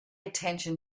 attention